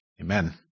Amen